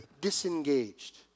disengaged